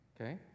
okay